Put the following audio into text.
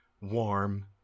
warm